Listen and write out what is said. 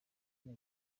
ziri